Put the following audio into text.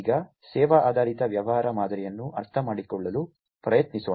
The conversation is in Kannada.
ಈಗ ಸೇವಾ ಆಧಾರಿತ ವ್ಯವಹಾರ ಮಾದರಿಯನ್ನು ಅರ್ಥಮಾಡಿಕೊಳ್ಳಲು ಪ್ರಯತ್ನಿಸೋಣ